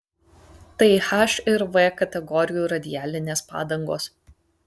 tai h ir v kategorijų radialinės padangos